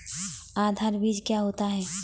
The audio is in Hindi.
आधार बीज क्या होता है?